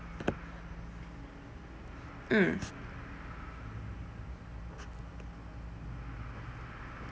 mm